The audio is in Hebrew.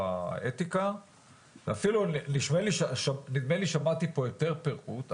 אתיקה ואפילו נדמה לי ששמעתי פה יותר פירוט,